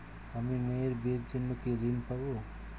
আমি মেয়ের বিয়ের জন্য কি ঋণ পাবো?